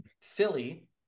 Philly